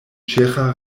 ĉeĥa